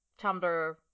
Tumblr